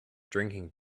drinking